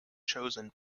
chosen